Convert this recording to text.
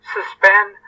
Suspend